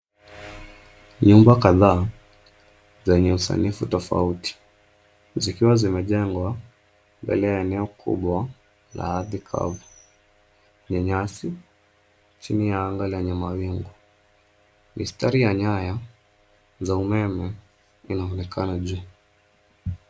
Nyumba kadhaa zenye usanifu tofauti zikiwa zimejengwa mbele ya eneo kubwa la ardhi kavu ya nyasi, chini ya anga lenye mawingu. Mistari ya nyaya za umeme inaonekana juu.